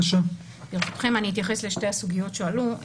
ברשותכם אני אתייחס לשתי הסוגיות שעלו.